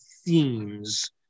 themes